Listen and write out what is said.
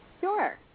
Sure